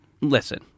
listen